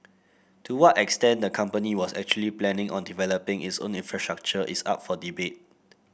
to what extent the company was actually planning on developing its own infrastructure is up for debate